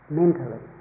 mentally